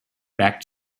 backed